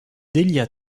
délia